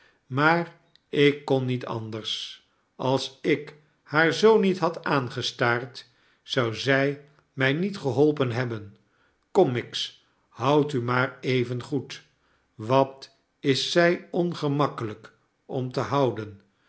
maar ik kon niet anders als ik haar zoo niet had aangestaard zou zij mij niet geholpen hebben kom miggs houd u maar even goed wat is zij ongemakkelijk om te houden